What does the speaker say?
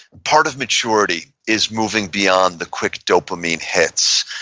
part of maturity is moving beyond the quick dopamine hits,